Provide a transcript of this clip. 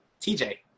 TJ